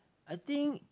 I think